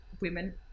women